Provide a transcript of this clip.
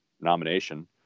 nomination